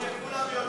אף שכולם יודעים,